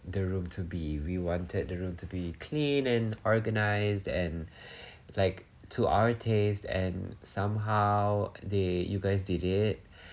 the room to be we wanted the room to be clean and organized and like to our taste and somehow the you guys did it